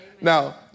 Now